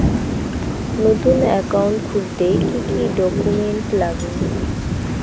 নতুন একাউন্ট খুলতে কি কি ডকুমেন্ট লাগে?